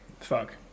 fuck